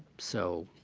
so,